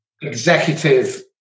executive